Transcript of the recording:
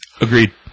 Agreed